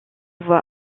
voit